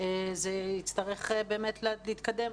זה יצטרך באמת להתקדם.